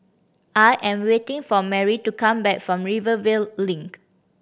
I am waiting for Marie to come back from Rivervale Link